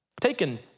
Taken